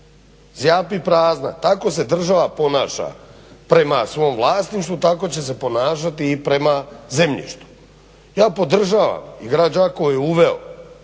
Zjapi prazna, tako se država ponaša prema svom vlasništvu. Tako će se ponašati i prema zemljištu. Ja podržavam i grad Đakovo je uveo,